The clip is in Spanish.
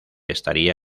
estaría